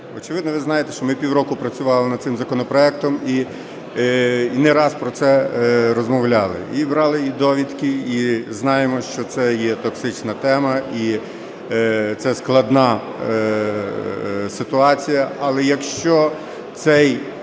очевидно, ви знаєте, що ми півроку працювали над цим законопроектом і не раз про це розмовляли. Брали довідки і знаємо, що це є токсична тема, і це складна ситуація. Але якщо цей